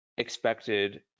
expected